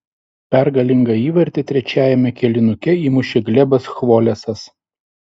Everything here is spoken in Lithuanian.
pergalingą įvartį trečiajame kėlinuke įmušė glebas chvolesas